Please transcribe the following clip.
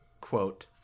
quote